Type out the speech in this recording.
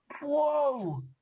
whoa